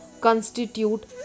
constitute